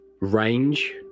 range